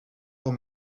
pour